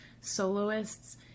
soloists